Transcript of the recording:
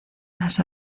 las